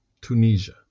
Tunisia